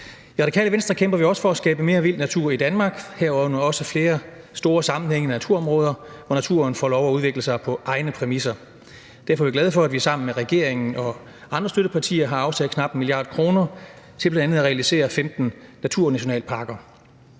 I Radikale Venstre kæmper vi også for at skabe mere vild natur i Danmark, herunder også flere store sammenhængende naturområder, hvor naturen får lov at udvikle sig på egne præmisser. Derfor er vi glade for, at vi sammen med regeringen og andre støttepartier har afsat knap 1 mia. kr. til bl.a. at realisere 15 naturnationalparker.